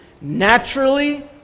Naturally